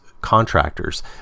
contractors